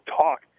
talk